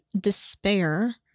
despair